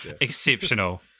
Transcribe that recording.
Exceptional